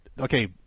okay